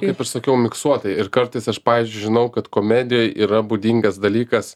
kaip ir sakiau miksuotai ir kartais aš pavyzdžiui žinau kad komedijai yra būdingas dalykas